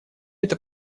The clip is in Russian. это